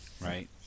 right